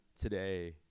today